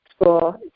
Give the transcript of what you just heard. school